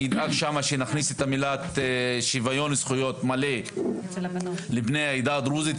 אני אדאג שם שנכניס את המילה "שוויון זכויות מלא לבני העדה הדרוזית".